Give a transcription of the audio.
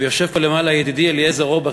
ויושב פה למעלה ידידי אליעזר אורבך,